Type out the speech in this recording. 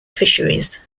fisheries